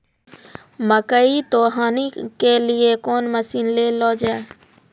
मकई तो हनी के लिए कौन मसीन ले लो जाए?